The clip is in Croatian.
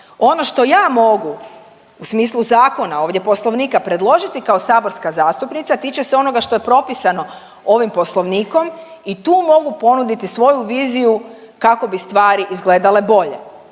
Ono što ja mogu u smislu zakona ovdje Poslovnika predložiti kao saborska zastupnica tiče se onoga što je propisano ovim Poslovnikom i tu mogu ponuditi svoju viziju kako bi stvari izgledale bolje.